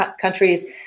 countries